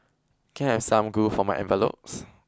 can have some glue for my envelopes